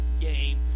game